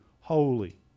holy